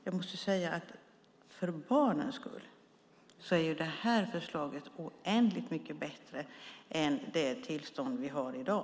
Jag måste säga att för barnens skull är det här förslaget oändligt mycket bättre än det tillstånd vi har i dag.